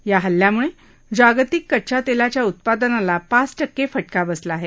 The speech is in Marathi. या हल्ल्यामुळे जागतिक कच्च्या तेलाच्या उत्पादनाला पाच टक्के फटका बसला आहे